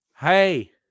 Hey